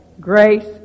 grace